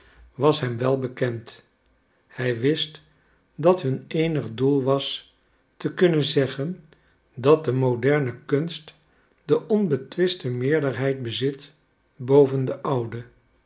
was hem wel bekend hij wist dat hun eenig doel was te kunnen zeggen dat de moderne kunst de onbetwistbare meerderheid bezit boven de oude